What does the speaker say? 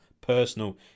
personal